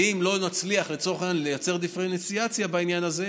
ואם לא נצליח לצורך העניין לייצר דיפרנציאציה בעניין הזה,